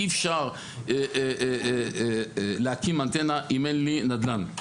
אי אפשר להקים אנטנה אם אין לי נדל"ן.